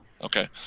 Okay